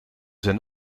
zijn